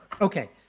okay